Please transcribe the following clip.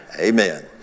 Amen